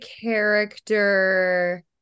character